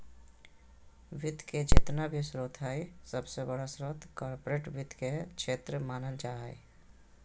वित्त के जेतना भी स्रोत हय सबसे बडा स्रोत कार्पोरेट वित्त के क्षेत्र मानल जा हय